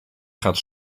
gaat